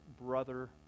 brother